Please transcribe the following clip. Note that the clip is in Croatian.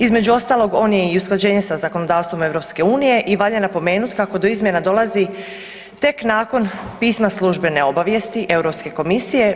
Između ostalog on je i usklađenje sa zakonodavstvom EU i valja napomenuti kako do izmjena dolazi tek nakon pisma službene obavijesti Europske komisije.